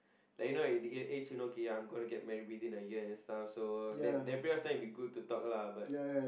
like you know at the the age okay I'm going to get married within a year and stuff so that that period of time it'll be good to talk lah but